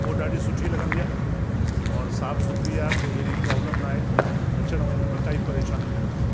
उहो ॾाढी सुठी लॻंदी आहे और साफु सुथिरी आहे कोई अहिड़ी प्रॉब्लम न आहे अचणु वञणु में काई परेशानी न थींदी